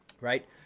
Right